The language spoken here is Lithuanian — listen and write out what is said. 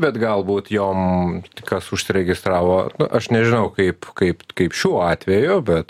bet galbūt jom kas užsiregistravo aš nežinau kaip kaip kaip šiuo atveju bet